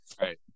right